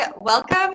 welcome